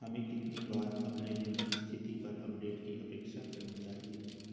हमें कितनी बार अपने ऋण की स्थिति पर अपडेट की अपेक्षा करनी चाहिए?